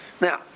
Now